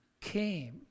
came